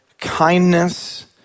kindness